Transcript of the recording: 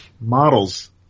models